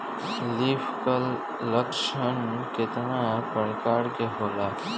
Leaf curl लक्षण केतना परकार के होला?